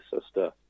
sister